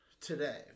today